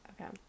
Okay